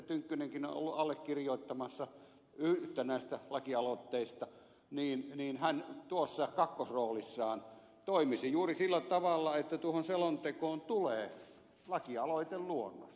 tynkkynenkin on ollut allekirjoittamassa yhtä näistä lakialoitteista niin hän tuossa kakkosroolissaan toimisi juuri sillä tavalla että tuohon selontekoon tulee lakialoiteluonnos